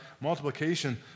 multiplication